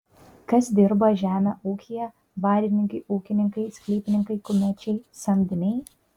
kas dirba žemę ūkyje dvarininkai ūkininkai sklypininkai kumečiai samdiniai